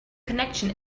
connection